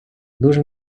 дуже